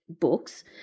books